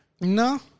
No